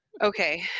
Okay